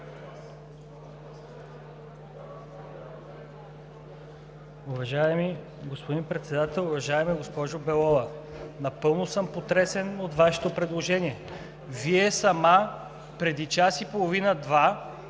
Уважаеми господин Председател! Уважаема госпожо Белова, напълно съм потресен от Вашето предложение. Вие сама преди час и половина-два